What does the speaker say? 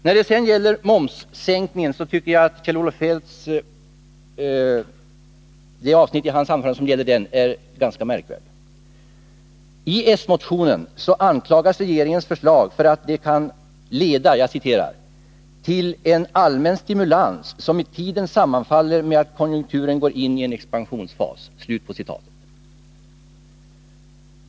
När det sedan gäller momssänkningen tycker jag att det avsnitt i Kjell-Olof Feldts anförande som gäller den är ganska märkligt. I s-:motionen anklagas regeringens förslag för att kunna leda till ”en allmän stimulans som i tiden sammanfaller med att konjunkturen går in i en expansionsfas”.